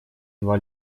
два